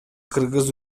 кыргыз